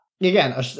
Again